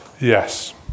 Yes